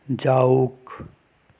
যাওক